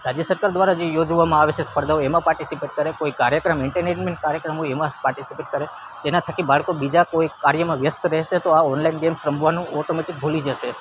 રાજ્ય સરકાર દ્વારા જે યોજવામાં આવે છે સ્પર્ધાઓ એમાં પાર્ટીસિપેટ કરે કોઈ કાર્યક્રમ એન્ટરટેનમેન્ટ કાર્યક્રમ હોય એમાં પાર્ટીસિપેટ કરે જેના થકી બાળકો કોઈ કાર્યમાં વ્યસ્ત રેશે તો આ ઓનલાઈન ગેમ્સ રમવાનું ઓટોમેટિક ભૂલી જશે